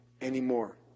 anymore